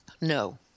No